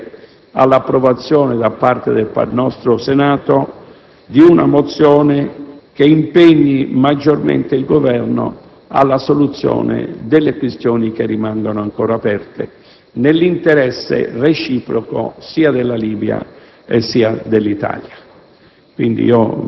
di addivenire all'approvazione da parte del Senato di una mozione che impegni maggiormente il Governo alla soluzione delle questioni che rimangono ancora aperte, nell'interesse reciproco, sia della Libia sia dell'Italia.